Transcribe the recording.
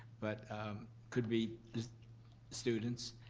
but could be students.